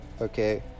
Okay